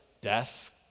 Death